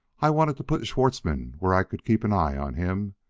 i wanted to put schwartzmann where i could keep an eye on him.